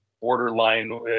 borderline